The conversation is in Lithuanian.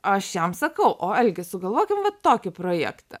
aš jam sakau o algi sugalvokim vat tokį projektą